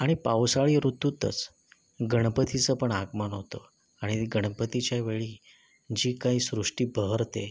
आणि पावसाळी ऋतूतच गणपतीचं पण आगमन होतं आणि गणपतीच्या वेळी जी काय सृष्टी बहरते